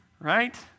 right